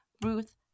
Ruth